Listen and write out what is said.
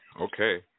Okay